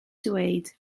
dweud